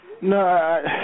no